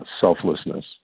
selflessness